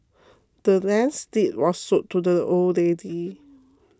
the land's deed was sold to the old lady